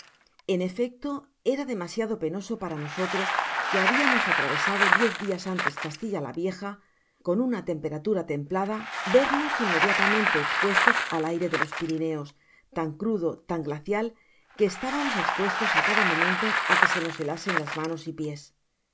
en efecto era demasiado penoso para nosotros que habiamos atravesado diez dias antes á castilla la vieja con una temperatura templada vernos inmediatamente espuestos al aire de los pirineos tan crudo tan glacial que estábamos espuestos a cada momento á que se nos helasen las manos y pies